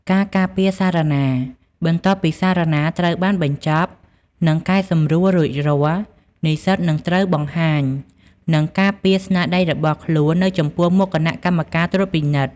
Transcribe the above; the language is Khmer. ការការពារសារណា បន្ទាប់ពីសារណាត្រូវបានបញ្ចប់ និងកែសម្រួលរួចរាល់ និស្សិតនឹងត្រូវបង្ហាញ និងការពារស្នាដៃរបស់ខ្លួននៅចំពោះមុខគណៈកម្មការត្រួតពិនិត្យ។